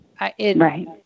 Right